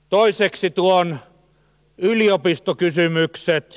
toiseksi tuon yliopistokysymykset